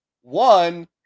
One